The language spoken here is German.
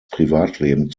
privatleben